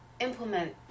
implement